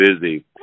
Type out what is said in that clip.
busy